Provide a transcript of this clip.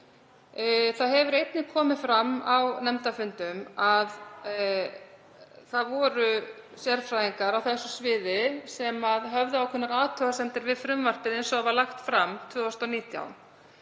Það hefur einnig komið fram á nefndarfundum að sérfræðingar á þessu sviði höfðu ákveðnar athugasemdir við frumvarpið eins og það var lagt fram 2019.